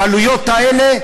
והעלויות האלה,